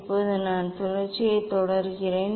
இப்போது நான் சுழற்சியைத் தொடர்கிறேன்